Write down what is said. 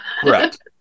Correct